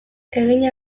egin